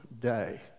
day